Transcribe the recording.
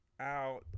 out